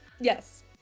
Yes